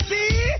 See